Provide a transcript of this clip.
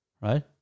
right